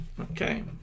Okay